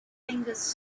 fingers